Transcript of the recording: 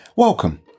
Welcome